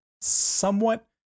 somewhat